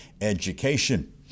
education